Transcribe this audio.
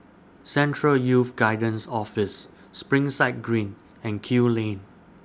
Central Youth Guidance Office Springside Green and Kew Lane